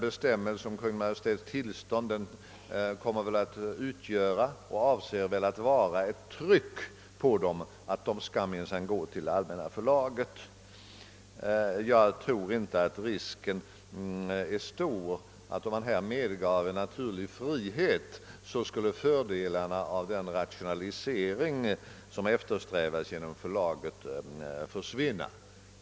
Bestämmelsen om Kungl. Maj:ts tillstånd kommer väl att utgöra, och detta är väl också avsikten, ett tryck på dem för att de minsann skall vända sig till det allmänna förlaget. Om naturlig frihet medgavs tror jag inte att risken vore stor att fördelarna av den genom förlaget eftersträvade rationaliseringen skulle försvinna.